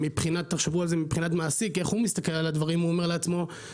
שתחשבו על זה איך הוא מסתכל על הדברים מבחינה מעשית,